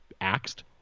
axed